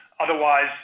Otherwise